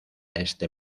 este